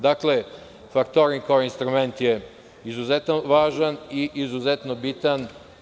Dakle, faktoring kao instrument je izuzetno važan i izuzetno bitan.